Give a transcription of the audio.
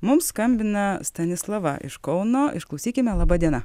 mums skambina stanislava iš kauno išklausykime laba diena